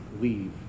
leave